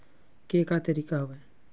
के का तरीका हवय?